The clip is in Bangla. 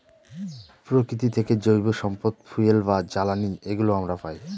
প্রকৃতি থেকে জৈব সম্পদ ফুয়েল বা জ্বালানি এগুলো আমরা পায়